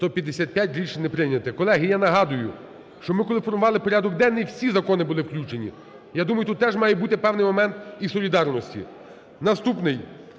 За-155 Рішення не прийнято. Колеги, я нагадую, що ми коли формували порядок денний, всі закони були включені. Я думаю тут теж має бути певний момент і солідарності. Наступний